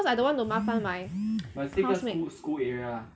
cause I don't want to 麻烦 my house mate